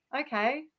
okay